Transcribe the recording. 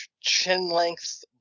Chin-length